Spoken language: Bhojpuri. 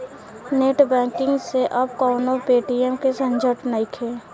नेट बैंकिंग से अब कवनो पेटीएम के झंझट नइखे